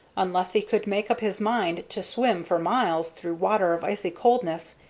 unless he could make up his mind to swim for miles through water of icy coldness,